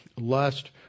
lust